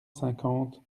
cinquante